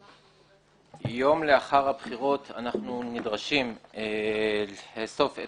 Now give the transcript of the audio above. יום לאחר הבחירות אנחנו נדרשים לאסוף את